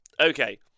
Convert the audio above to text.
Okay